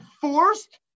forced